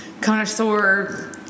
connoisseur